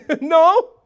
no